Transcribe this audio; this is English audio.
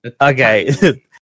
Okay